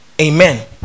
Amen